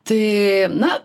tai na